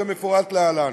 כמפורט להלן: